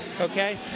Okay